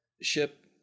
Ship